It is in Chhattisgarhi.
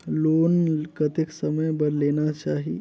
लोन कतेक समय बर लेना चाही?